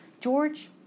George